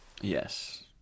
Yes